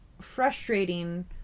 frustrating